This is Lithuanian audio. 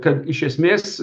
kad iš esmės